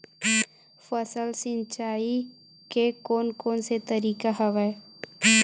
फसल सिंचाई के कोन कोन से तरीका हवय?